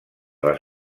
les